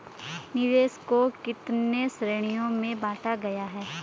निवेश को कितने श्रेणियों में बांटा गया है?